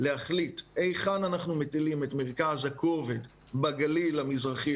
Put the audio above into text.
להחליט היכן אנחנו מטילים את מרכז הכובד בגליל המזרחי